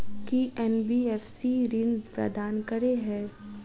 की NBFC ऋण प्रदान करे है?